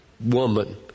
woman